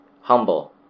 humble